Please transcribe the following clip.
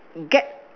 get